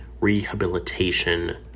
rehabilitation